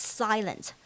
silent